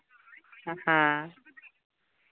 ᱦᱮᱸ